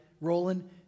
rolling